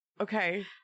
Okay